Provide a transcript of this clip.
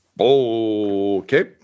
Okay